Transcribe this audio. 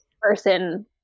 person